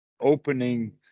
opening